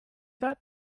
that